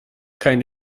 keine